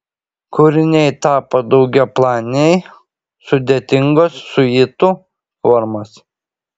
kūriniai tapo daugiaplaniai sudėtingos siuitų formos